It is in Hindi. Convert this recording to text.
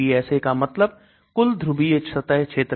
TPSA का मतलब कुल ध्रुवीय सतह क्षेत्र है